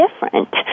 different